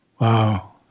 Wow